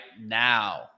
now